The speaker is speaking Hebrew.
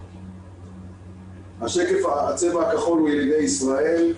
הצבע הכחול הוא ילידי ישראל,